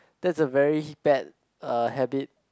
that's a very bad uh habit